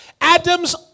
Adam's